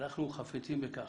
אנחנו חפצים בכך,